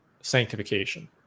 sanctification